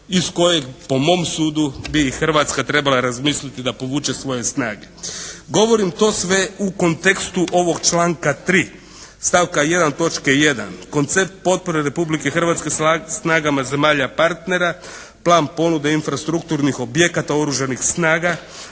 iz kojeg po mom sudu bi Hrvatska trebala razmisliti da povuče svoje snage. Govorim to sve u kontekstu ovog članka 3. stavka 1. točke 1. koncept potpore Republike Hrvatske snagama zemalja partnera, plan ponude infrastrukturnih objekata oružanih snaga